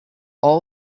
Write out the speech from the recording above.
all